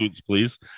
please